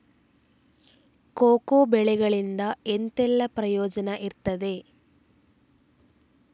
Cocoa ಬೆಳೆಗಳಿಂದ ಎಂತೆಲ್ಲ ಪ್ರಯೋಜನ ಇರ್ತದೆ?